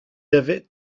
avait